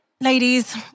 ladies